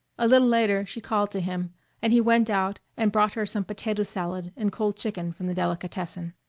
a little later she called to him and he went out and brought her some potato salad and cold chicken from the delicatessen.